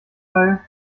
teil